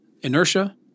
Inertia